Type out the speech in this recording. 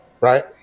right